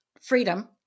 freedom